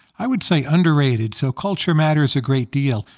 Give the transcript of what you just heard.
i would say underrated. so culture matters a great deal.